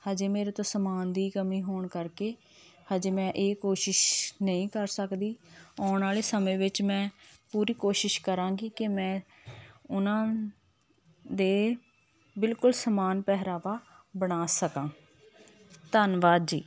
ਹਾਲੇ ਮੇਰੇ ਤੋਂ ਸਮਾਨ ਦੀ ਕਮੀ ਹੋਣ ਕਰਕੇ ਹਾਲੇ ਮੈਂ ਇਹ ਕੋਸ਼ਿਸ਼ ਨਹੀਂ ਕਰ ਸਕਦੀ ਆਉਣ ਵਾਲੇ ਸਮੇਂ ਵਿੱਚ ਮੈਂ ਪੂਰੀ ਕੋਸ਼ਿਸ਼ ਕਰਾਂਗੀ ਕਿ ਮੈਂ ਉਹਨਾਂ ਦੇ ਬਿਲਕੁਲ ਸਮਾਨ ਪਹਿਰਾਵਾ ਬਣਾ ਸਕਾਂ ਧੰਨਵਾਦ ਜੀ